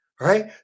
right